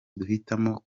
duhitamo